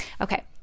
okay